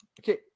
Okay